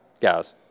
guys